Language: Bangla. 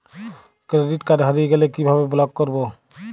ক্রেডিট কার্ড হারিয়ে গেলে কি ভাবে ব্লক করবো?